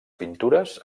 pintures